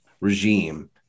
regime